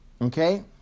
Okay